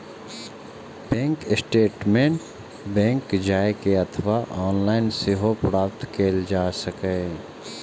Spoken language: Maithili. बैंक स्टेटमैंट बैंक जाए के अथवा ऑनलाइन सेहो प्राप्त कैल जा सकैए